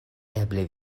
eble